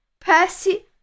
Percy